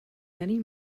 many